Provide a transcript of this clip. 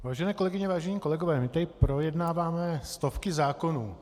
Vážené kolegyně, vážení kolegové, my tady projednáváme stovky zákonů.